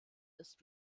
ist